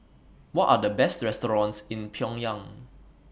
What Are The Best restaurants in Pyongyang